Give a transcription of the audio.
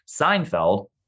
seinfeld